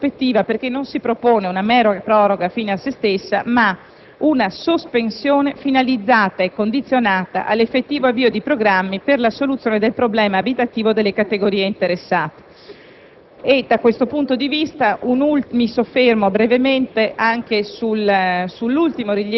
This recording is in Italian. Certamente, la logica del provvedimento in esame cambia radicalmente la prospettiva perché non si propone una mera proroga fine a sé stessa, ma una sospensione finalizzata e condizionata all'effettivo avvio di programmi per la soluzione del problema abitativo delle categorie interessate.